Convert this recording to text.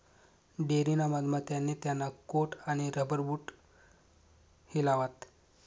dairy ना मधमा त्याने त्याना कोट आणि रबर बूट हिलावात